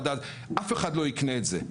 אף אחד לא יקנה את זה.